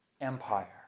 empire